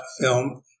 film